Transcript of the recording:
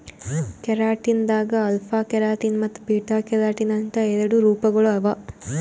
keratin ದಾಗ್ alpha keratin ಮತ್ತ್ beta keratin ಅಂತ್ ಎರಡು ರೂಪಗೊಳ್ ಅವಾ